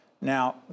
Now